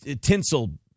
tinsel